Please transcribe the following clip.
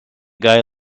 guy